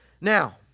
Now